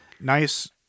nice